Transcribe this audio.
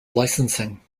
licensing